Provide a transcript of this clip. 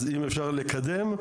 אם אפשר לקדם,